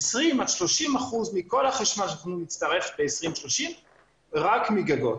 30%-20% מכל החשמל שאנחנו נצטרך ב-2030 יהיה רק מגגות.